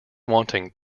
wanting